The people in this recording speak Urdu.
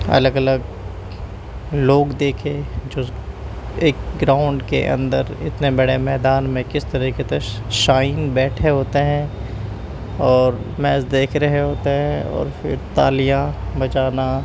الگ الگ لوگ دیکھے جو ایک گراؤنڈ کے اندر اتنے بڑے میدان میں کس طریقے سے شائن بیٹھے ہوتے ہیں اور میچ دیکھ رہے ہوتے ہیں اور پھر تالیاں بجانا